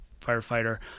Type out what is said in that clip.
firefighter